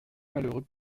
malheureux